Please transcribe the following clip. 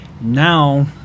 Now